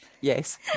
Yes